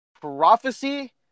prophecy